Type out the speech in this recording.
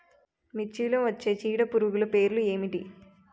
మిర్చిలో వచ్చే చీడపురుగులు పేర్లు ఏమిటి?